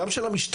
גם של המשטרה,